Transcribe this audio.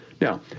Now